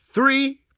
three